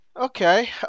Okay